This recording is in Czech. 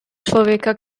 člověka